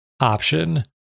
option